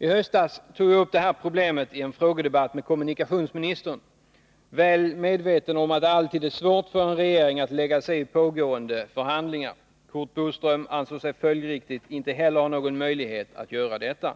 I höstas tog jag upp problemet i en frågedebatt med kommunikationsministern, väl medveten om att det alltid är svårt för en regering att lägga sig i pågående förhandlingar. Curt Boström ansåg sig följdriktigt inte heller ha någon möjlighet att göra detta.